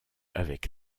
avec